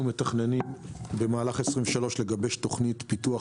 במהלך 2023 אנחנו מתכננים לגבש תוכנית פיתוח